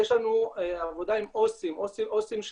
יש לנו עבודה עם עו"סים של